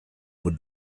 would